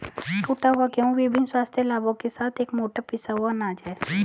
टूटा हुआ गेहूं विभिन्न स्वास्थ्य लाभों के साथ एक मोटा पिसा हुआ अनाज है